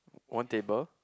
one table